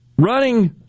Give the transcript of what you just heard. running